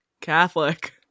Catholic